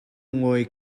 ngawi